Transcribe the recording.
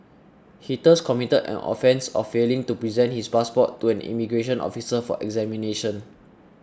he thus committed an offence of failing to present his passport to an immigration officer for examination